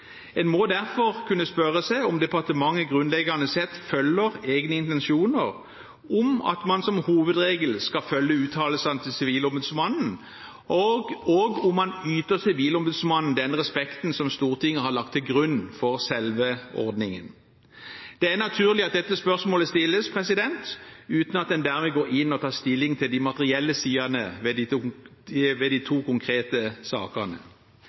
En må derfor kunne spørre seg om departementet grunnleggende sett følger egne intensjoner om at man som hovedregel skal følge Sivilombudsmannens uttalelser, og om man yter Sivilombudsmannen den respekten som Stortinget har lagt til grunn for selve ordningen. Det er naturlig at dette spørsmålet stilles uten at man dermed går inn og tar stilling til de materielle sidene ved de to konkrete sakene.